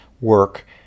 work